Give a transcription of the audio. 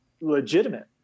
legitimate